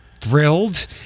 thrilled